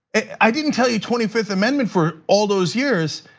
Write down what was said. i didn't tell you twenty fifth amendment for all those years.